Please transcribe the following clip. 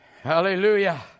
Hallelujah